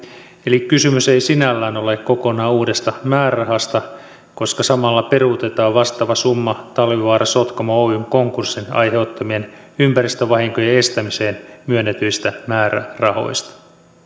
eli kysymys ei sinällään ole kokonaan uudesta määrärahasta koska samalla peruutetaan vastaava summa talvivaara sotkamo oyn konkurssin aiheuttamien ympäristövahinkojen estämiseen myönnetyistä määrärahoista